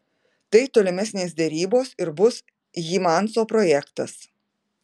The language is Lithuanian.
tai tolimesnės derybos ir bus hymanso projektas